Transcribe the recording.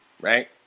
Right